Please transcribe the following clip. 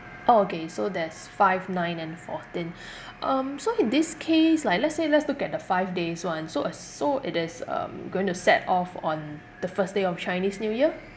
orh okay so there's five nine and fourteen um so in this case like let's say let's look at the five days [one] so uh so it is um going to set off on the first day of chinese new year